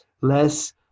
less